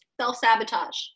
Self-sabotage